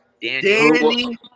Danny